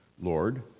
Lord